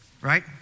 Right